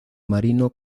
marino